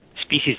Species